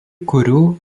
kurių